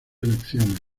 elecciones